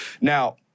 Now